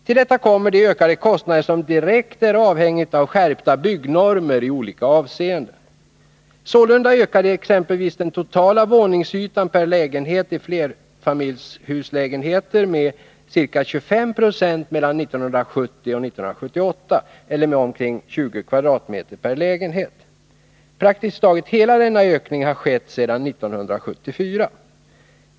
Till detta kommer de ökade kostnader som direkt är avhängiga av skärpta byggnormer i olika avseenden. Sålunda ökade exempelvis den totala våningsytan per lägenhet i flerfamiljshuslägenheter med ca 25 96 mellan 1970 och 1978 eller med omkring 20 m? per lägenhet. Praktiskt taget hela denna ökning har skett sedan 1974.